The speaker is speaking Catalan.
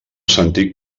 sentit